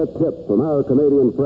tip from our canadian